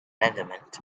element